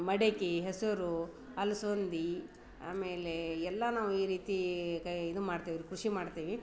ಮಡಿಕೆ ಹೆಸರೂ ಹಲ್ಸಂದೆ ಆಮೇಲೆ ಎಲ್ಲ ನಾವು ಈ ರೀತಿ ಕೈ ಇದು ಮಾಡ್ತೀವಿ ಕೃಷಿ ಮಾಡ್ತೀವಿ